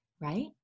right